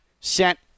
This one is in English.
sent